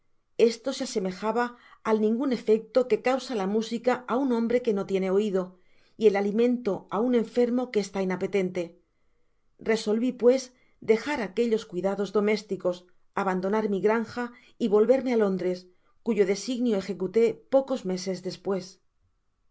se asemejaba al ningnn efecto que causa la música á un hombre que no tiene oide y el alimento á un enfermo que está inapetente resolvi pues dejar aquellos cuidados domésticos abandonar mi granja y volverme á londres cuyo designio ejecuté pocos meses despues guando llegué á